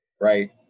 right